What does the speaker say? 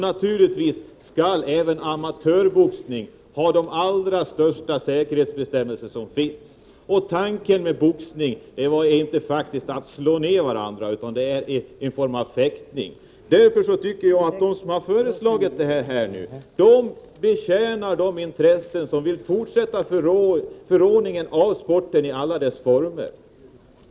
Naturligtvis skall även amatörboxning ha de allra strängaste säkerhetsbestämmelser. Och tanken med boxning är faktiskt inte att deltagarna skall slå ned varandra, utan det är en form av fäktning. Därför tycker jag att de som har föreslagit att professionell boxning skall tillåtas tjänar de intressen som vill fortsätta ett förråande av sporten i alla dess former.